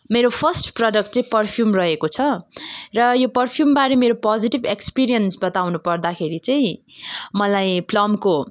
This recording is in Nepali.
मेरो फर्स्ट प्रडक्ट चाहिँ पर्फ्युम रहेको छ र यो पर्फ्युमबारे मेरो पोजिटिभ एक्सपिरियन्स बताउनु पर्दाखेरि चाहिँ मलाई प्लमको